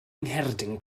ngherdyn